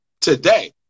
today